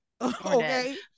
okay